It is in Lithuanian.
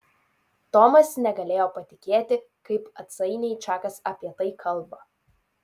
tomas negalėjo patikėti kaip atsainiai čakas apie tai kalba